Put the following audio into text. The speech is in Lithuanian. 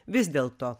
vis dėlto